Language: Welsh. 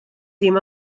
dim